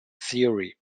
theory